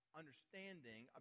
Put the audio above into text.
understanding